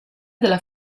della